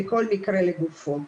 וכל מקרה לגופו,